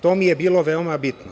To mi je bilo veoma bitno.